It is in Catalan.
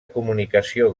comunicació